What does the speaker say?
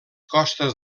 costes